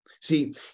See